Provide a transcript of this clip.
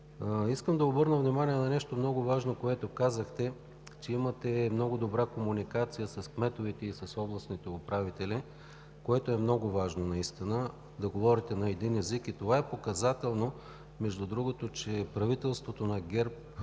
Искам да обърна внимание на нещо много важно, което казахте, че имате много добра комуникация с кметовете и с областните управители, което наистина е много важно – да говорите на един език. Това е показателно, че правителството на ГЕРБ